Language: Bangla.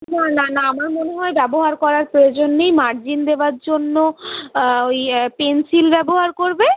না না আমার মনে হয় ব্যবহার করার প্রয়োজন নেই মার্জিন দেবার জন্য ওই পেনসিল ব্যবহার করবে